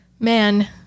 Man